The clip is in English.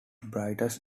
brightest